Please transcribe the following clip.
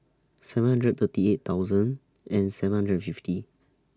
seven hundred thirty eight thousand and seven hundred fifty